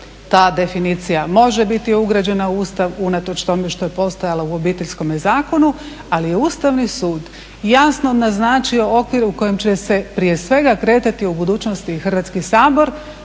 ta definicija može biti ugrađena u Ustav unatoč tome što je postojala u Obiteljskom zakonu, ali je Ustavni sud jasno naznačio okvir u kojem će se prije svega kretati u budućnosti i Hrvatski sabor,